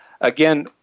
again